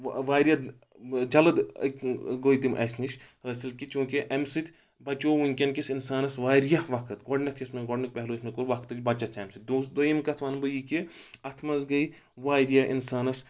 واریاہ جلد گوٚو تِم اَسہِ نِش حٲصِل کہِ چوٗنٛکہِ امہِ سۭتۍ بَچوو وٕنکیٚن کِس اِنسانَس واریاہ وقت گۄڈٕنیٚتھ یُس مےٚ گۄڈنیُٚک پہلو مےٚ کوٚر وقتٕچ بَچَتھ چھِ اَمہِ سۭتۍ دۄہَس دوٚیِم کَتھ وَنہٕ بہٕ یہِ کہِ اَتھ منٛز گٔے واریاہ اِنسانَس